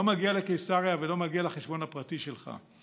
לא מגיע לקיסריה ולא מגיע לחשבון הפרטי שלך.